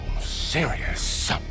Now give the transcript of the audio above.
serious